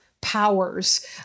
powers